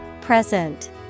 Present